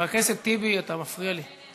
הכנסת טיבי, אתה מפריע לי,